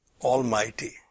almighty